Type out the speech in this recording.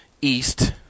east